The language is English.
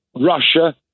Russia